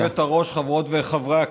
גברתי היושבת-ראש, חברות וחברי הכנסת,